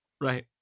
Right